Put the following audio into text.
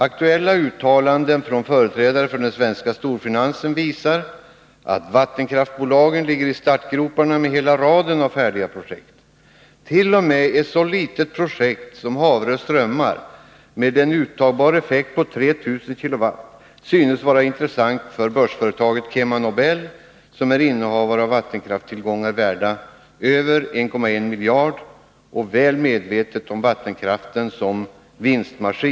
Aktuella uttalanden från företrädare för den svenska storfinansen visar att vattenkraftsbolagen ligger i startgroparna med hela raden av färdiga projekt. T. o. m. ett så litet projekt som Haverö strömmar med en uttagbar effekt på 3 000 kW syns vara intressant för börsföretaget Nr 161 KemaNobel, som är innehavare av vattenkraftstillgångar värda över 1,1 Tisdagen den miljarder kronor och väl medvetet om vattenkraften som ”vinstmaskin”.